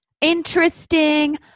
interesting